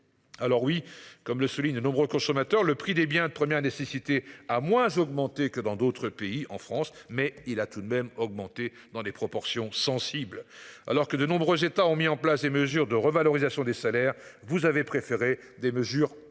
Alors oui, comme le soulignent de nombreux consommateurs, le prix des biens de première nécessité a moins augmenté que dans d'autres pays en France mais il a tout de même augmenté dans des proportions sensible alors que de nombreux États ont mis en place des mesures de revalorisation des salaires. Vous avez préféré des mesures ponctuelles